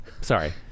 Sorry